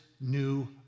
new